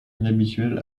inhabituel